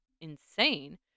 insane